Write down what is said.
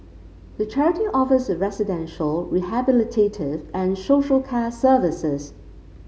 the charity offers residential rehabilitative and social care services